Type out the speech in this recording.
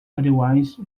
otherwise